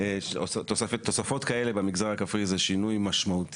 אגב, לחצים לפעמים שהם הכי אנושיים שבעולם.